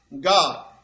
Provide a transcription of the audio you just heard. God